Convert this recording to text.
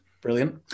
brilliant